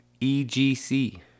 EGC